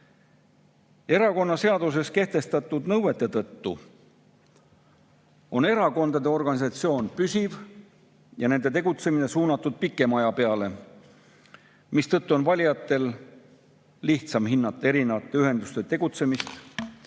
Erakonnaseaduses kehtestatud nõuete tõttu on erakondade organisatsioon püsiv ja nende tegutsemine suunatud pikema aja peale, mistõttu on valijatel lihtsam hinnata eri ühenduste tegutsemist